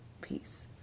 Peace